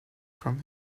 from